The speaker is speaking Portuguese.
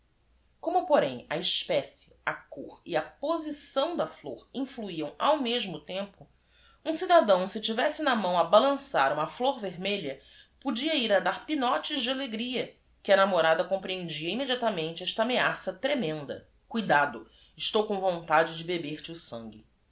omo porém a espécie a cor e a posição da flor i n f l u i a m ao mesmo tempo u m c i dadão se tivesse na mão a balan çar uma flor vermelha podia i r a dar pinotes de alegria que a namo rada comprehendia immediata mente esta ameaça tremenda cuidado estou com vontade de beber te o sangue